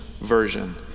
version